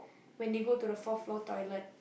when they go to the fourth floor toilet